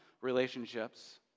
relationships